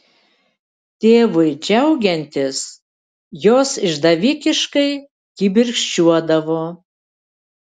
tėvui džiaugiantis jos išdavikiškai kibirkščiuodavo